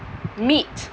meat